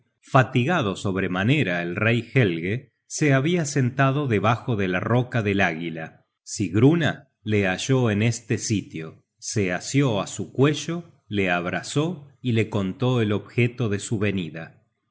fatigado sobremanera el rey helge se habia sentado debajo de la roca del águila sigruna le halló en este sitio se asió á su cuello le abrazó y le contó el objeto de su venida